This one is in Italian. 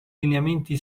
lineamenti